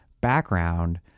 background